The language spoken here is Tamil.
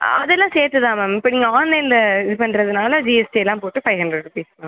அதெலாம் சேர்த்து தான் மேம் இப்போ நீங்கள் ஆன்லைனில் இது பண்ணுறதுனால ஜிஎஸ்டிலாம் போட்டு ஃபைவ் ஹண்ட்ரட் ருப்பீஸ் மேம்